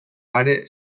are